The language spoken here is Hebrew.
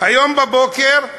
היום בבוקר: